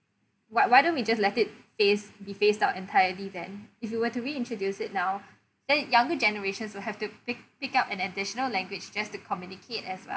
what why don't we just let phase be phased out entirely than if you were to reintroduce it now then younger generations will have to pick pick up an additional language just to communicate as well